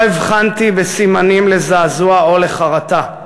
לא הבחנתי בסימנים לזעזוע או לחרטה.